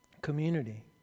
community